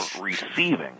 receiving